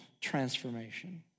transformation